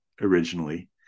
originally